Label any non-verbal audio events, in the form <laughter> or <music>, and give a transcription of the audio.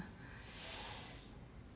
<noise>